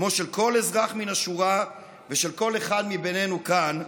כמו של כל אזרח מן השורה ושל כל אחד מאיתנו כאן,